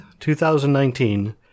2019